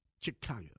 Chicago